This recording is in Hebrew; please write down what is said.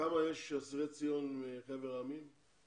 וכמה יש אסירי ציון מחבר העמים?